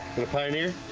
the pioneer?